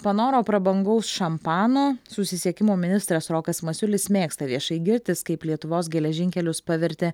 panoro prabangaus šampano susisiekimo ministras rokas masiulis mėgsta viešai girtis kaip lietuvos geležinkelius pavertė